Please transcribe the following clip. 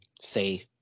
say